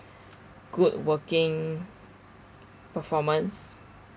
good working performance